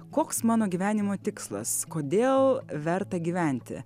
koks mano gyvenimo tikslas kodėl verta gyventi